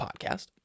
podcast